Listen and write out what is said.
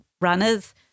runners